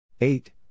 eight